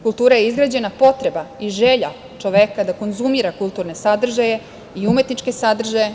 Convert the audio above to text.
Kultura je izgrađena potreba i želja čoveka da konzumira kulturne sadržaje i umetničke sadržaje.